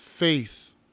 Faith